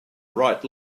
right